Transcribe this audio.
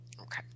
Okay